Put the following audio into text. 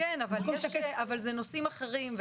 אבל אלה נושאים אחרים.